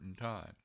time